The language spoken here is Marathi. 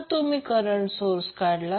जर तुम्ही करंट सोर्स काढला